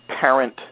parent